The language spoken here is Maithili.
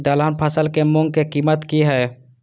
दलहन फसल के मूँग के कीमत की हय?